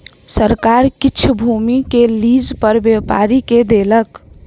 सरकार किछ भूमि के लीज पर व्यापारी के देलक